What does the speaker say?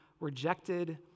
rejected